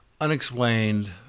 unexplained